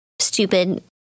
stupid